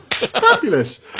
Fabulous